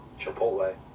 Chipotle